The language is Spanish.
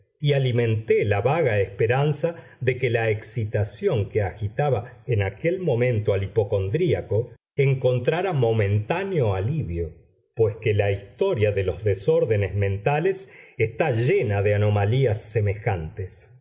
y alimenté la vaga esperanza de que la excitación que agitaba en aquel momento al hipocondriaco encontrara momentáneo alivio pues que la historia de los desórdenes mentales está llena de anomalías